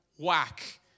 whack